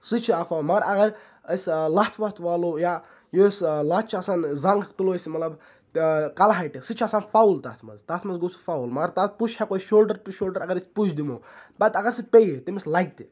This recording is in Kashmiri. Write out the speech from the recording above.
سُہ چھُ اَکھ فوُل مگر اگر أسۍ لَتھ وَتھ والو یا یۄس لَتھ چھِ آسان زَنٛگ تُلو أسۍ مَطلَب کَلہٕ ہایٹہِ سُہ تہِ چھُ آسان فَوُل تَتھ مَنٛز تَتھ مَنٛز گوٚو سُہ فَوُل مَگَر تَتھ پُش ہیٚکو أسۍ شولڈَر ٹُوٚ شولڈَر اَگَر أسۍ پُش دِمو پَتہٕ اَگَر سُہ پیٚیہِ تمِس لَگہِ تہِ